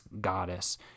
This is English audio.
goddess